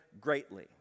greatly